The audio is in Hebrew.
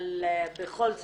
אבל בכל זאת,